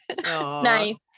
Nice